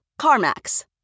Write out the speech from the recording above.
CarMax